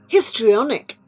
Histrionic